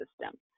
system